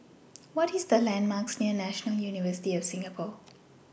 What Are The landmarks near National University of Singapore